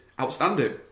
outstanding